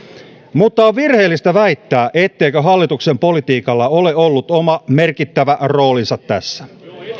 mutta on virheellistä väittää etteikö hallituksen politiikalla ole ollut oma merkittävä roolinsa tässä